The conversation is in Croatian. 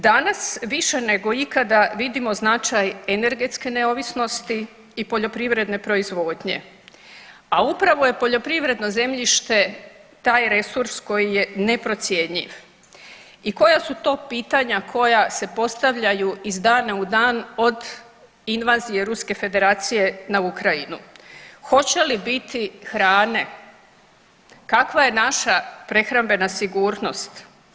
Danas više nego ikada vidimo značaj energetske neovisnosti i poljoprivredne proizvodnje, a upravo je poljoprivredno zemljište taj resurs koji je neprocjenjiv i koja su to pitanja koja se postavljaju iz dana u dan od invazije Ruske Federacije na Ukrajinu, hoće li biti hrane, kakva je naša prehrambena sigurnost?